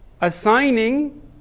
assigning